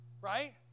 Right